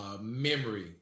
memory